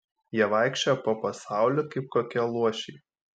jie vaikščioja po pasaulį kaip kokie luošiai